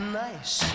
nice